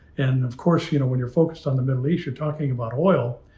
and of course, you know, when you're focused on the middle east, you're talking about oil.